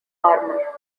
armour